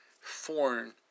foreign